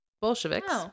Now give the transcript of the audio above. Bolsheviks